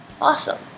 awesome